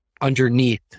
underneath